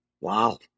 Wow